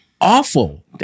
awful